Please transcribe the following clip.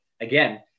again